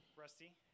Rusty